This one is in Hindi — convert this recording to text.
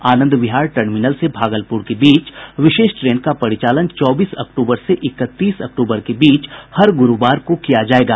आनंद विहार टर्मिनल से भागलपुर के बीच विशेष ट्रेन का परिचालन चौबीस अक्तूबर से इकतीस अक्तूबर के बीच हर गुरुवार को किया जाएगा